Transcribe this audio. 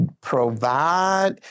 provide